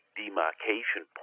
demarcation